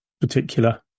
particular